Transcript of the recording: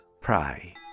pray